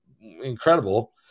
incredible